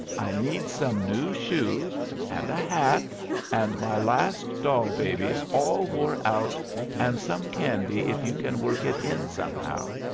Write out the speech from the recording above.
i nede some noo shues and a hatt and my lasst dol babys all wore out and sum candy if you can work it in sumhow,